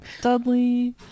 Dudley